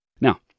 Now